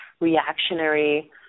reactionary